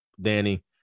Danny